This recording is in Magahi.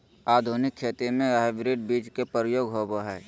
आधुनिक खेती में हाइब्रिड बीज के प्रयोग होबो हइ